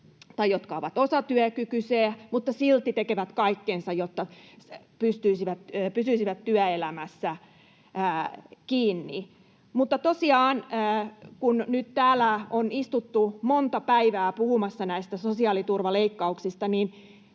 tai jotka ovat osatyökykyisiä mutta silti tekevät kaikkensa, jotta pysyisivät työelämässä kiinni. Mutta tosiaan, kun nyt täällä on istuttu monta päivää puhumassa näistä sosiaaliturvaleikkauksista,